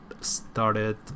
Started